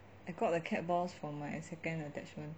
I got the cat balls for my second attachment